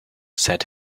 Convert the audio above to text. said